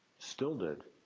still did.